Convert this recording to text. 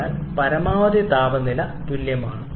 അതിനാൽ പരമാവധി താപനില തുല്യമാണ്